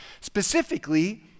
Specifically